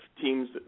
teams